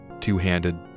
two-handed